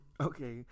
Okay